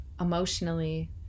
emotionally